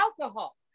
alcohol